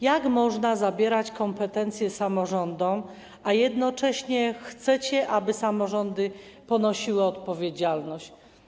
Jak możecie zabierać kompetencje samorządom, skoro jednocześnie chcecie, aby samorządy ponosiły odpowiedzialność?